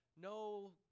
no